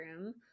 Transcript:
room